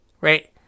right